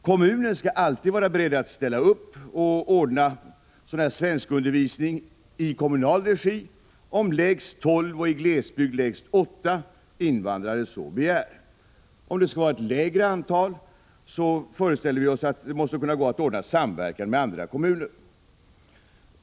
Kommunen skall alltid vara beredd att ställa upp och anordna svenskundervisning i kommunal regi om lägst tolv och i glesbygd lägst åtta invandrare så begär. Skall det vara ett lägre antal föreställer vi oss att det måste gå att ordna samverkan med andra kommuner.